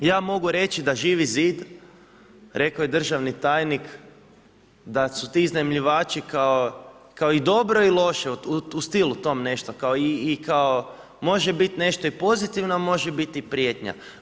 Ja mogu reći da Živi zid, rekao je državni tajnik da su ti iznajmljivači, kao dobro i loše u stilu tom nešto kao i kao može biti nešto pozitivno, a može biti i prijetnja.